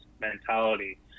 mentality